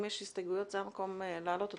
אם יש הסתייגויות, זה המקום להעלות אותן.